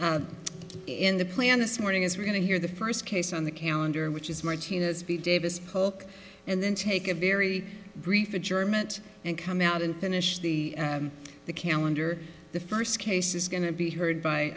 in the plan this morning is we're going to hear the first case on the calendar which is martinez b davis polk and then take a very brief in germany and come out and finish the the calendar the first case is going to be heard by